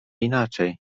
inaczej